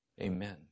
Amen